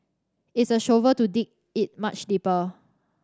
it's a shovel to dig it much deeper